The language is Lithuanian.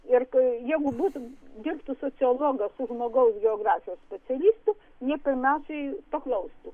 ir kai jeigu būtų dirbtų sociologas su žmogaus geografijos specialistų jie pirmiausiai paklaustų